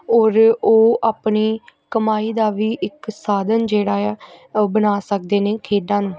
ਔਰ ਉਹ ਆਪਣੀ ਕਮਾਈ ਦਾ ਵੀ ਇੱਕ ਸਾਧਨ ਜਿਹੜਾ ਆ ਉਹ ਬਣਾ ਸਕਦੇ ਨੇ ਖੇਡਾਂ ਨੂੰ